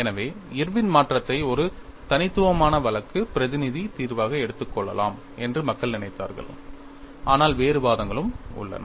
எனவே இர்வின் மாற்றத்தை ஒரு தனித்துவமான வழக்கு பிரதிநிதி தீர்வாக எடுத்துக் கொள்ளலாம் என்று மக்கள் நினைத்தார்கள் ஆனால் வேறு வாதங்களும் உள்ளன